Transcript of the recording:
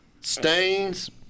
Stains